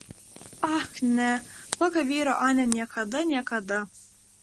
ach ne tokio vyro anė niekada niekada